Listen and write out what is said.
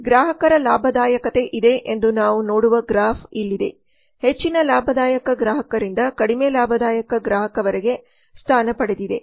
ಗ್ರಾಹಕರ ಲಾಭದಾಯಕತೆ ಇದೆ ಎಂದು ನಾವು ನೋಡುವ ಗ್ರಾಫ್ ಇಲ್ಲಿದೆ ಹೆಚ್ಚಿನ ಲಾಭದಾಯಕ ಗ್ರಾಹಕರಿಂದ ಕಡಿಮೆ ಲಾಭದಾಯಕ ಗ್ರಾಹಕರವರೆಗೆ ಸ್ಥಾನ ಪಡೆದಿದೆ